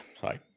sorry